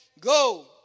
go